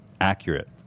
accurate